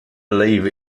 believe